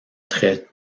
traits